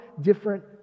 different